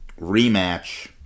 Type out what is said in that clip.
rematch